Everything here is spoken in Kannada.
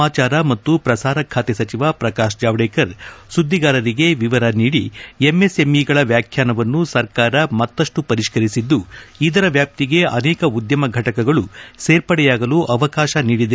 ಸಮಾಚಾರ ಮತ್ತು ಪ್ರಸಾರ ಖಾತೆ ಸಚಿವ ಪ್ರಕಾಶ್ ಜಾವಡೇಕರ್ ಸುದ್ದಿಗಾರರಿಗೆ ವಿವರ ನೀಡಿ ಎಂಎಸ್ಎಂಇಗಳ ವ್ಯಾಖ್ಯಾನವನ್ನು ಸರ್ಕಾರ ಮತ್ತಷ್ಟು ಪರಿಷ್ಕರಿಸಿದ್ದು ಇದರ ವ್ಯಾಪ್ತಿಗೆ ಅನೇಕ ಉದ್ಯಮ ಘಟಕಗಳು ಸೇರ್ಪಡೆಯಾಗಲು ಅವಕಾಶ ನೀಡಿದೆ